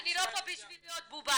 אני לא פה בשביל להיות בובה,